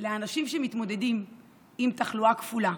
לאנשים שמתמודדים עם תחלואה כפולה,